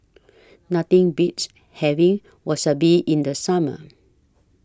Nothing Beats having Wasabi in The Summer